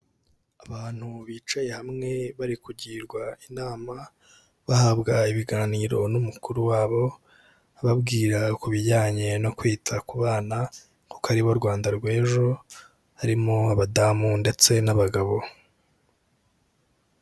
Abantu bicaye hamwe bari kugirwa inama bahabwa ibiganiro n'umukuru wabo, ababwira ku bijyanye no kwita ku bana kuko aribo Rwanda rwejo, harimo abadamu ndetse n'abagabo.